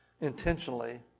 intentionally